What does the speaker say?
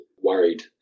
worried